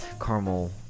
caramel